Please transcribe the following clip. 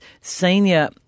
Senior